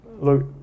look